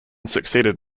succeeded